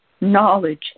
knowledge